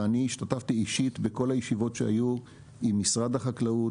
אני השתתפתי בכל הישיבות שהיו עם משרד החקלאות,